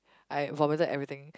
I vomited everything